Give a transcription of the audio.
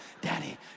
daddy